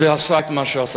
ועשה את מה שעשה.